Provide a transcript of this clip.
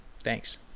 Thanks